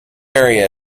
area